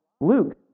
Luke